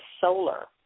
solar